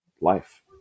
life